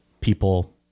people